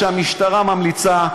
כשהמשטרה ממליצה,